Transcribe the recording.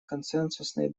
консенсусный